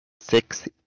Six